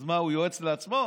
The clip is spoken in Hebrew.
אז מה, הוא יועץ לעצמו?